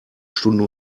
stunde